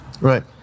right